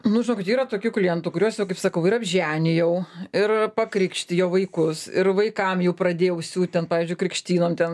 nu žinokit yra tokių klientų kuriuos jau kaip sakau ir apženijau ir pakrikštijau vaikus ir vaikam jau pradėjau siūt ten pavyzdžiui krikštynom ten